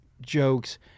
jokes